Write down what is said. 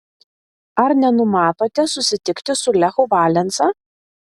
ar nenumatote susitikti su lechu valensa